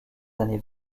années